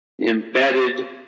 embedded